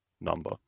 number